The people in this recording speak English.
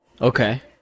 Okay